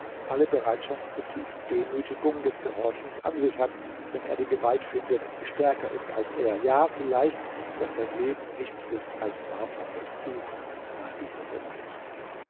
alle bereitschaft zur tiefen demütigung des gehorchens an sich hat wenn er die gewalt findet die stärker ist als er ja vielleicht daß sein leben nichts ist als marterndes suchen nach dieser gewalt